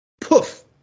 Poof